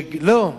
לא.